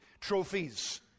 trophies